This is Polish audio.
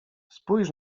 spójrz